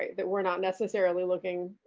right, we're not necessaryily looking